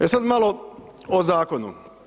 E sada malo o zakonu.